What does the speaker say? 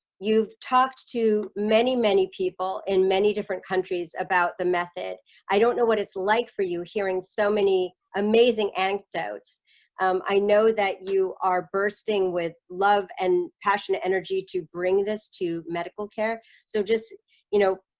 you've talked to many many people in many different countries about the method i don't know what it's like for you hearing so many amazing ank doubts um i know that you are bursting with love and passionate energy to bring this to medical care so just you know,